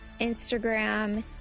Instagram